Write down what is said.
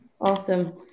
Awesome